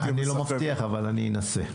לא מבטיח אבל אנסה.